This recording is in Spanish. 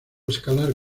escalar